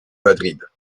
madrid